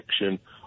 protection